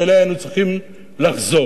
ואליה היינו צריכים לחזור.